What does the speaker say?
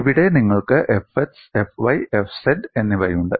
ഇവിടെ നിങ്ങൾക്ക് Fx Fy Fz എന്നിവയുണ്ട്